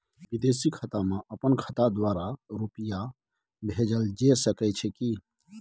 विदेशी खाता में अपन खाता द्वारा रुपिया भेजल जे सके छै की?